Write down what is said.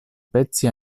pezzi